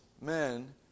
men